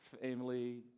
family